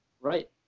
right